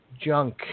junk